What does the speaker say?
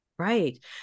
Right